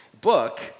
book